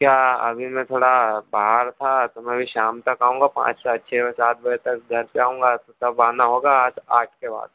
क्या अभी मैं थोड़ा बाहर था तो मैं अभी शाम तक आऊँगा पाँच या छः और सात बजे तक घर पे आऊँगा तो तब आना होगा आठ आठ के बाद